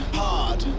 hard